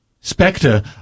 Spectre